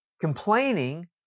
complaining